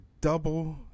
double